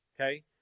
okay